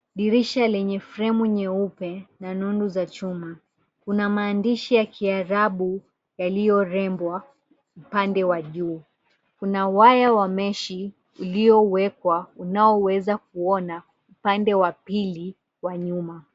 Dirisha lenye fremu nyeupe na nundu za chuma. Kuna maandishi ya kiarabu yaliyorembwa pande ya juu. Kuna waya wa meshi iliyowekwa unaoweza kuona pande wa pili wa nyuma.